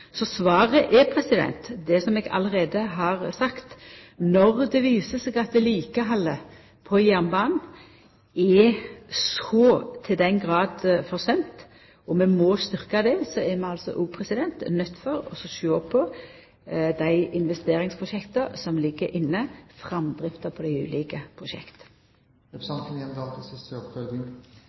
Så svaret er det som eg allereie har sagt. Når det viser seg at vedlikehaldet på jernbanen er så til dei grader forsømt, og vi må styrkja det, er vi altså òg nøydde til å sjå på dei investeringsprosjekta som ligg inne, framdrifta av dei ulike